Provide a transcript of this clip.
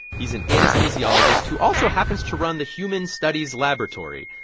he's an anesthesiologist who also happens to run the human studies laboratory,